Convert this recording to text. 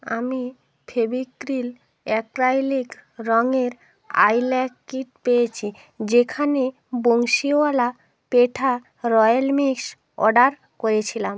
আমি Fevicryl acrylic রঙের আইল্যাক কিট পেয়েছি যেখানে Bansiwala petha royal mix order করেছিলাম